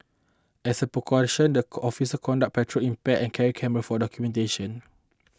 as a precaution the officers conduct patrol in Pairs and carry cameras for documentation